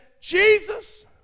Jesus